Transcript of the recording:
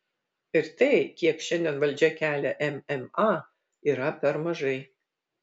ir tai kiek šiandien valdžia kelia mma yra per mažai